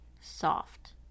soft